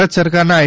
ભારત સરકારના આઇ